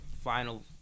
final